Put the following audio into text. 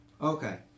Okay